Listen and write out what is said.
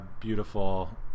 beautiful